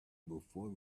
before